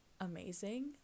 amazing